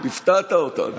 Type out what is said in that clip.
הפתעת אותנו.